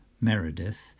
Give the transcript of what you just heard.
Meredith